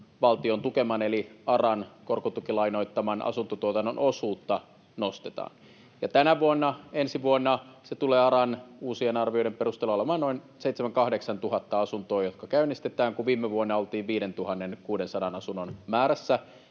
valtion tukeman eli ARAn korkotukilainoittaman asuntotuotannon osuutta nostetaan. Tänä vuonna, ensi vuonna se tulee ARAn uusien arvioiden perusteella olemaan noin 7 000—8 000 asuntoa, jotka käynnistetään, kun viime vuonna oltiin 5 600 asunnon määrässä.